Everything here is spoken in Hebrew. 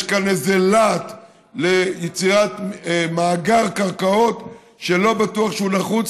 יש כאן איזה להט ליצירת מאגר קרקעות שלא בטוח שהוא נחוץ,